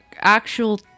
actual